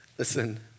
Listen